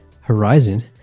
horizon